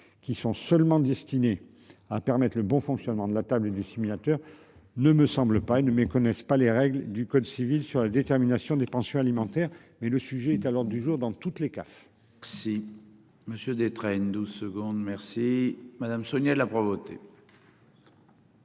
qui sont seulement destinées à permettre le bon fonctionnement de la table et du simulateur ne me semble pas ils ne me connaissent pas les règles du code civil sur la détermination des pensions alimentaires. Mais le sujet est à l'ordre du jour dans toutes les cas. C'est. Monsieur Détraigne 12 secondes. Merci Madame, Sonia de la Provoté.